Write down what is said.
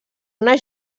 una